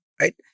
right